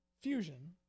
fusion